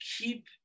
keep